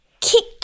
kick